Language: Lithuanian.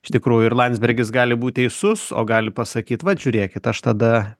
iš tikrųjų ir landsbergis gali būt teisus o gali pasakyt vat žiūrėkit aš tada